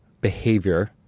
behavior